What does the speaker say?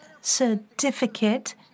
certificate